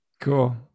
Cool